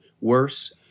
worse